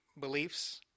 beliefs